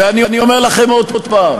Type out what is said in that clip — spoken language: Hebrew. ואני אומר לכם עוד פעם,